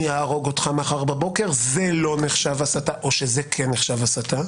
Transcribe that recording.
אהרוג אותך מחר בבוקר" זה לא נחשב הסתה או שזה כן נחשב הסתה.